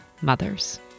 mothers